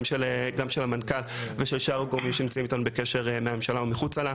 גם של המנכ"ל ושל שאר הגורמים שנמצאים איתנו מהממשלה או מחוצה לה.